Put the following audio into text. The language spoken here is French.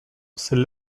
celle